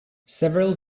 several